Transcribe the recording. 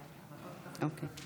הסתייגות מס' 8,